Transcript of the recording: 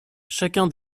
chacun